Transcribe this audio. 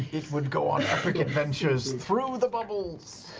it would go on epic adventures through the bubbles!